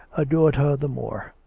adored her the more.